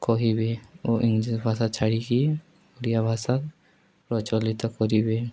କହିବେ ଓ ଇଂଲିଶ ଭାଷା ଛାଡ଼ିକି ଓଡ଼ିଆ ଭାଷା ପ୍ରଚଳିତ କରିବେ